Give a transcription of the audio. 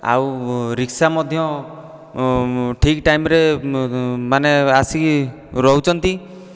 ଆଉ ରିକ୍ସା ମଧ୍ୟ ଠିକ୍ ଟାଇମ୍ ରେ ମାନେ ଆସିକି ରହୁଛନ୍ତି